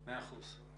מאה אחוז.